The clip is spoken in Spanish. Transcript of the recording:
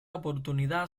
oportunidad